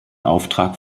auftrag